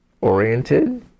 oriented